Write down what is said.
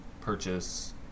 purchase